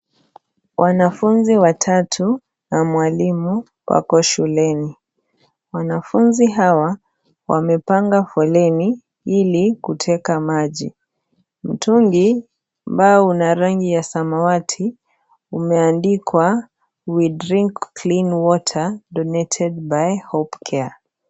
Wanafunzi watatu na mwalimu, wako shuleni. Wanafunzi hawa, wamepanga foleni ili, kuteka maji. Mtungi ambao una rangi ya samawati, umeandikwa, we drink clean water, donated by hopecare .